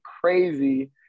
crazy